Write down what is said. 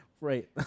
right